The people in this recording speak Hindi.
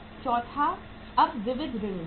चौथा अब विविध ऋणी हैं